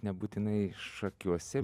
nebūtinai šakiuose